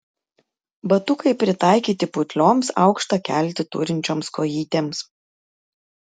batukai pritaikyti putlioms aukštą keltį turinčioms kojytėms